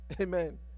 amen